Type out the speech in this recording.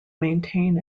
maintain